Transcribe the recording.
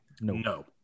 no